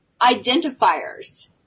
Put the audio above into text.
identifiers